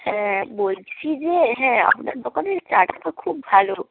হ্যাঁ বলছি যে হ্যাঁ আপনার দোকানের চাটা তো খুব ভালো